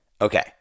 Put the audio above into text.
Okay